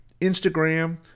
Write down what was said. Instagram